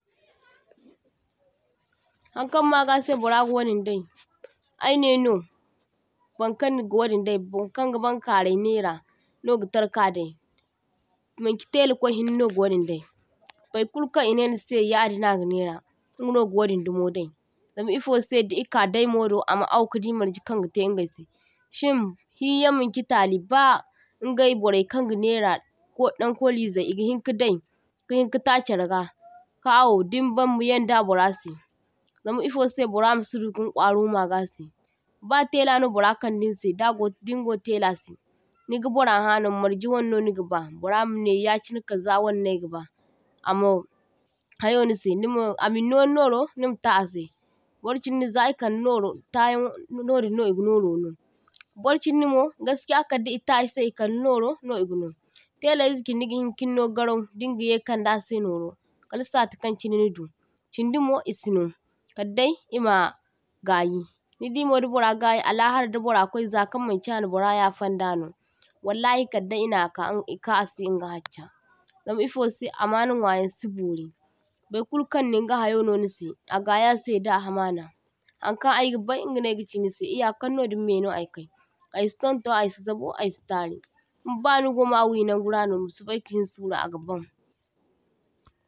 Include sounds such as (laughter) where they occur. (noise) toh – toh Haŋkaŋ magase bora ga wadin dai ai neno bonkaŋ gawadin dai, baŋkaŋga baŋkarai nera noga tarkadai, maŋchi tela kwai hinne no ga wadin dai, baikulkan inenise yadin naga nera ingano ga wadindumo dai, zam ifose di ika daimodo ama au kadi marjekan gate ingaise. Shin hiyan maŋchi tali ba ingai borai kaŋgaŋera ko daŋ kolizai igihinka dai kahinka ta charga ka awo dinbaŋ miyaŋda borase, zam ifose bora masidu kin kwaruwa magase. Ba telano bara kaŋdinse dago dingo telase niga bora haŋo marje waŋno nigaba boramane yachine kaza wane naigaba amo hayo nise mino amino ninoro nimata ase. Borchindi za ikaŋde noro tayan nodinno iginoro no, borchindi mo gaskiya kaddi ita ise ikaŋdi noro noigaŋo. Telaize chindi gihinkin no garau dingaye kaŋdase noro kal satikaŋ nidu chindimo isino kaddai ima gayi, nidimo dabora gayi alahara dabora kwai zakaŋ maŋchi aŋa bora yafaŋdaŋo, wallahi kadde inaka ase inga hari, zam ifose amaŋa nwayaŋ sibori, baikulkan ninga hayono nise agayase da amaŋa, haŋkaŋ aigabai inga naigachi nise, iyakaŋ nodin me aikai, aisi tuntun aisi zabu aisi tari kum banigoma wiya naŋgurano masobai ka hinsuru agabaŋ.